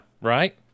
right